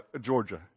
Georgia